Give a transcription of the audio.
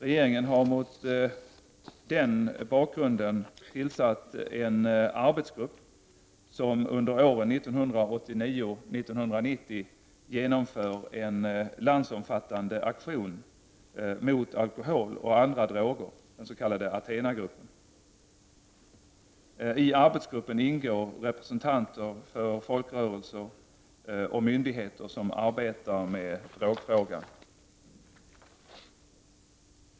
Regeringen har mot denna bakgrund tillsatt en arbetsgrupp som under åren 1989 och 1990 genomför en landsomfattande aktion mot alkohol och andra droger, den s.k. Athenagruppen. I arbetsgruppen ingår representanter för folkrörelser och myndigheter som arbetar med drogfrågan.